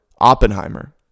oppenheimer